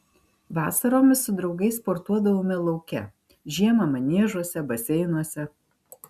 vasaromis su draugais sportuodavome lauke žiemą maniežuose baseinuose